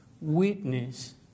witness